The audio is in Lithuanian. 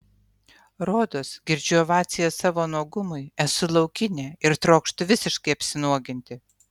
rodos girdžiu ovacijas savo nuogumui esu laukinė ir trokštu visiškai apsinuoginti